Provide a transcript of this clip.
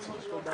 צהריים טובים,